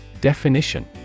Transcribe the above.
Definition